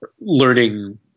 learning